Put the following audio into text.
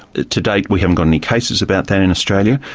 to date we haven't got any cases about that in australia,